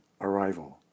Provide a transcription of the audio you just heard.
arrival